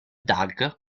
dagger